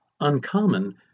uncommon